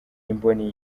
imboni